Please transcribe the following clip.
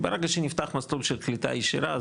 ברגע שנפתח מסלול של קליטה ישירה,